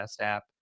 app